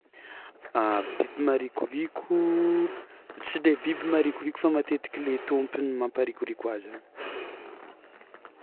Biby maharikorikoo, tsy lehy biby maharikoriko fa matetiky le tômpiny mampaharikoriko azy zany.